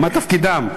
מה תפקידם?